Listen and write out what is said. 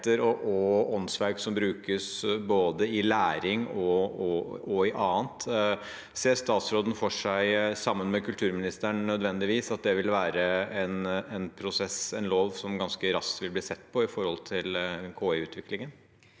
og åndsverk som brukes både i læring og i annet. Ser statsråden for seg – sammen med kulturministeren, nødvendigvis – at det i en prosess vil være en lov som ganske raskt vil bli sett på med tanke på KI-utviklingen?